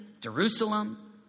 Jerusalem